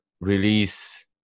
release